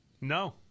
No